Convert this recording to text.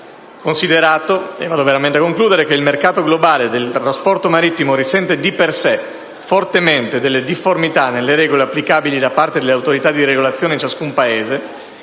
ratificato la Convenzione. Considerato che il mercato globale del trasporto marittimo risente di per sé, fortemente, delle difformità nelle regole applicabili da parte delle autorità di regolazione in ciascun Paese,